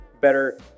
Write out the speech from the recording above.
better